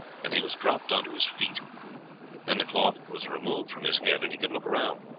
and he was dropped on to his feet then the cloth was removed from his head, and he could look around.